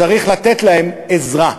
צריך לתת להן עזרה,